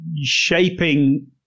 shaping